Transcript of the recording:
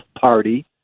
party